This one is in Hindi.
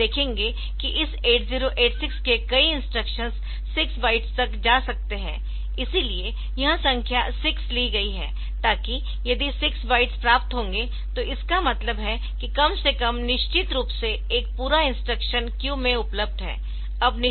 हम देखेंगे कि इस 8086 के कई इंस्ट्रक्शंस 6 बाइट्स तक जा सकते है इसीलिए यह संख्या 6 ली गई है ताकि यदि 6 बाइट्स प्राप्त होंगे तो इसका मतलब है कि कम से कम निश्चित रूप से एक पूरा इंस्ट्रक्शन क्यू में उपलब्ध है